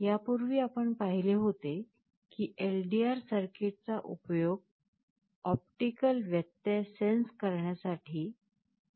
यापूर्वी आपण पाहिले होते की LDR सर्किटचा उपयोग ऑप्टिकल व्यत्यय सेन्स करण्यासाठी